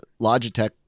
Logitech